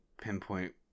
pinpoint